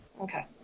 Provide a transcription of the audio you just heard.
Okay